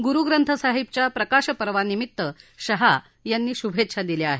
गुरुग्रंथ साहिबच्या प्रकाश पर्वानिमित्त शहा यांनी शुभेच्छा दिल्या आहेत